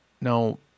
Now